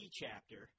chapter